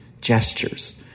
gestures